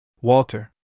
Walter